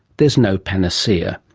there's no panacea.